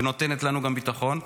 ונותנת לנו גם ביטחון.